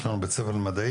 יש לנו בית ספר למדעים,